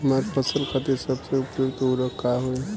हमार फसल खातिर सबसे उपयुक्त उर्वरक का होई?